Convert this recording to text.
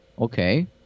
okay